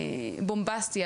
בומבסטי,